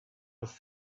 was